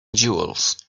jewels